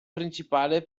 principale